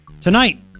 Tonight